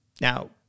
Now